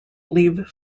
leave